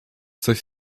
coś